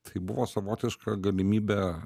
tai buvo savotiška galimybė